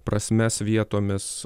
prasmes vietomis